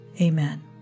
Amen